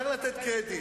צריך לתת קרדיט.